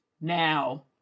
Now